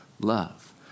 love